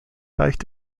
leicht